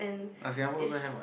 at Singapore also have what